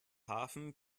hafen